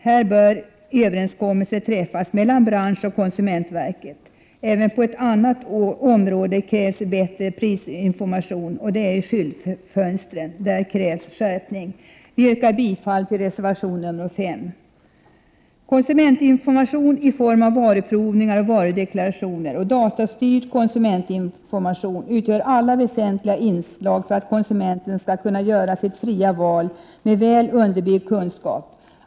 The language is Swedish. Här bör överenskommelse träffas mellan branschen och konsumentverket. Även på ett annat område krävs bättre prisinformation, nämligen i fråga om skyltfönstren. Där krävs skärpning. Jag yrkar bifall till reservation 5. Konsumentinformation i form av varuprovningar och varudeklarationer och datastyrd konsumentinformation utgör väsentliga inslag för att konsumenten skall kunna göra sitt fria val med väl underbyggd kunskap.